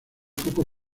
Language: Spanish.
foco